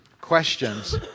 questions